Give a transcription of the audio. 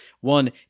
one